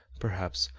perhaps,